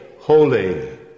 holy